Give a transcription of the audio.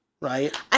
right